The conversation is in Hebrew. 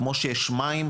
כמו שיש מים,